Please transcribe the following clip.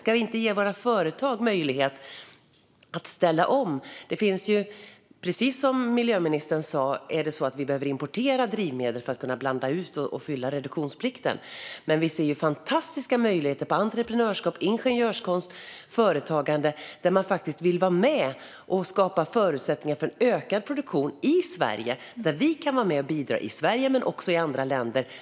Ska vi inte ge våra företag möjlighet att ställa om? Precis som miljöministern sa behöver vi importera drivmedel för att kunna blanda ut bränsle och uppfylla reduktionsplikten. Men vi ser ju fantastiska möjligheter vad gäller entreprenörskap, ingenjörskonst och företagande. Man vill vara med och skapa förutsättningar för en ökad produktion och bidra till att öka det förnybara i Sverige och andra länder.